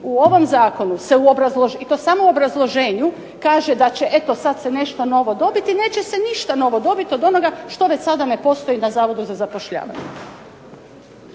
u ovom zakonu i to samo u obrazloženju kaže da će eto sad se nešto novo dobiti. Neće se ništa novo dobiti od onoga što već sada ne postoji na Zavodu za zapošljavanje.